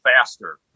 faster